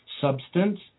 substance